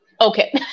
okay